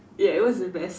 ya it was the best